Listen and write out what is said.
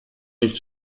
nicht